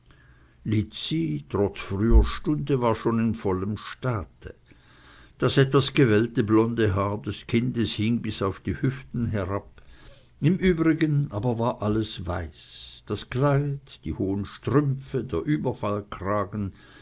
trotz früher stunde war schon in vollem staate das etwas gewellte blonde haar des kindes hing bis auf die hüften herab im übrigen aber war alles weiß das kleid die hohen strümpfe der überfallkragen